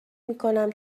میکنم